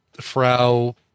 frau